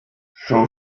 show